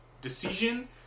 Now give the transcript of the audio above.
decision